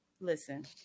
Listen